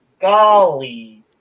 Golly